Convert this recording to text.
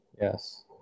yes